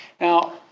Now